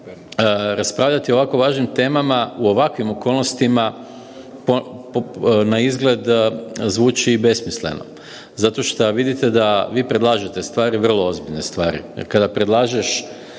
raspravljati o ovako važnim temama u ovakvim okolnostima na izgled zvuči besmisleno, zato šta vidite da vi predlažete stvari, vrlo ozbiljne stvari. Jer kada predlažeš